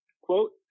quote